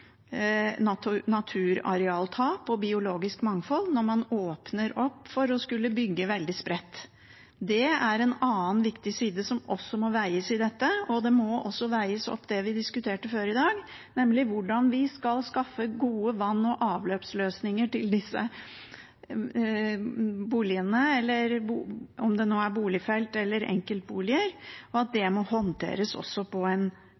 naturarealtap og biologisk mangfold når man åpner opp for å skulle bygge veldig spredt. Det er en annen viktig side som også må veies i dette, og det må også veies mot det vi diskuterte før i dag, nemlig hvordan vi skal skaffe gode vann- og avløpsløsninger til disse boligene, om det nå er boligfelt eller enkeltboliger, og at det også må håndteres på en